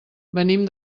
venim